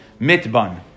mitban